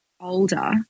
older